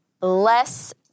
less